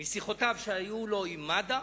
בעקבות שיחותיו עם מד"א,